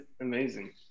amazing